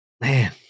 Man